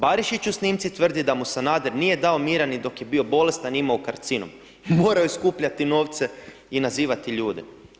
Barišić u snimci tvrdi da mu Sanader nije dao mira ni dok je bio bolestan i imao karcinom, moraju skupljati novce i nazivati ljude.